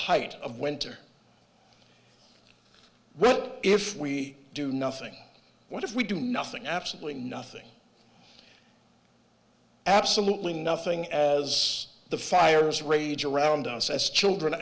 height of winter well if we do nothing what if we do nothing absolutely nothing absolutely nothing as the fires raged around us as children